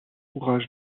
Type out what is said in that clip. ouvrages